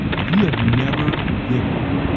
if you have never given,